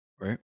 Right